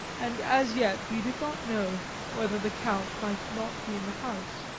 and as yet we did not know whether the count might not be in the house.